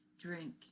drink